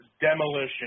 Demolition